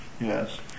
Yes